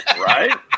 Right